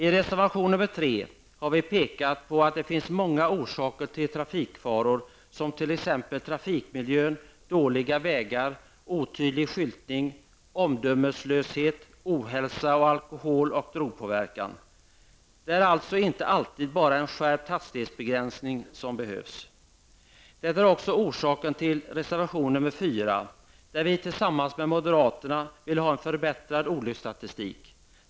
I reservation nr 3 har vi pekat på att det finns många orsaker till trafikfaror, t.ex. trafikmiljön, dåliga vägar, otydlig skyltning, omdömeslöshet, ohälsa och alkohol eller drogpåverkan. Det är alltså inte alltid bara en skärpning av hastighetsbegränsningar som behövs. Detta är också orsaken till reservation nr 4, där vi tillsammans med moderaterna vill ha en förbättrad olycksstatistik.